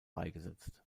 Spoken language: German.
beigesetzt